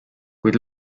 kuid